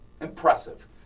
impressive